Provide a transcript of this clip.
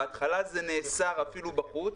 בהתחלה נאסרו אפילו בחוץ,